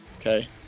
Okay